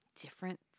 Different